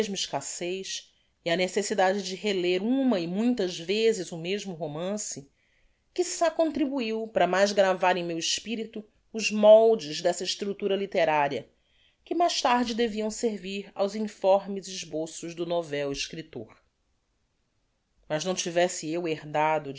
escassez e a necessidade de reler uma e muitas vezes o mesmo romance quiçá contribuiu para mais gravar em meu espirito os moldes dessa estructura litteraria que mais tarde deviam servir aos informes esboços do novel escriptor mas não tivesse eu herdado